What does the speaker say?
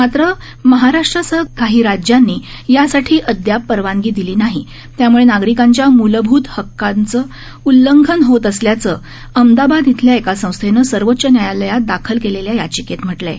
मात्र महाराष्ट्रासह काही राज्यांनी यासाठी अदयाप परवानगी दिली नाही यामुळे नागरिकांच्या मुलभूत हक्काचं उल्लंघन होत असल्याचं अहमदाबाद इथल्या एका संस्थेनं सर्वोच्च न्यायालयात दाखल केलेल्या याचिकेत म्हटलं आहे